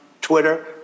Twitter